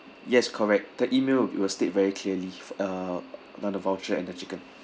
yes correct the email will state very clearly uh on the voucher and the chicken